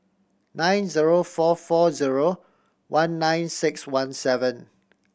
nine zero four four zero one nine six one seven